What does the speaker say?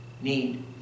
need